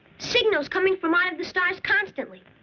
signals coming from out of the stars constantly.